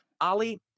Ali